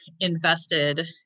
invested